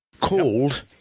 called